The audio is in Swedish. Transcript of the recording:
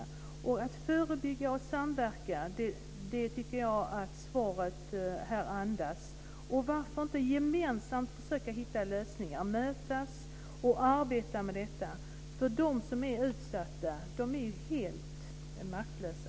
Jag tycker att det här svaret andas att man ska förebygga och samverka. Varför inte gemensamt försöka hitta lösningar, mötas och arbeta med detta? De som är utsatta är ju helt maktlösa.